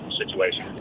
situation